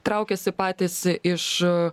traukiasi patys iš